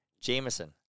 Jameson